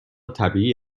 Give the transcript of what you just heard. طبیعی